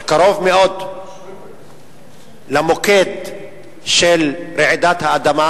שקרוב מאוד למוקד של רעידת האדמה.